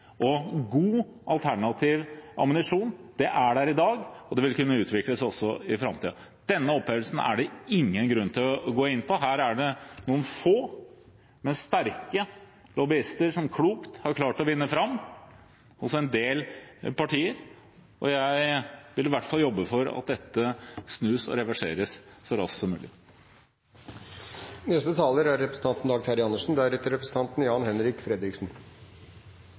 god alternativ ammunisjon i dag, og det vil kunne utvikles også i framtiden. Denne opphevelsen er det ingen grunn til å gå inn på. Her er det noen få, men sterke, lobbyister som klokt har klart å vinne fram hos en del partier, og jeg vil i hvert fall jobbe for at dette snus og reverseres så raskt som